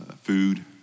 food